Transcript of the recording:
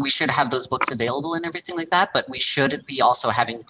we should have those books available and everything like that, but we should be also having